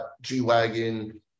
G-Wagon